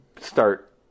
start